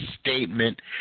statement